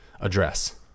address